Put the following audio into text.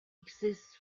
exists